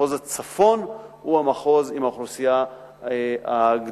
מחוז הצפון הוא המחוז עם האוכלוסייה הגדולה